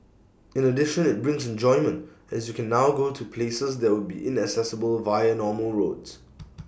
in addition IT brings enjoyment as you can now go to places that would be inaccessible via normal roads